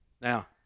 Now